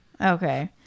Okay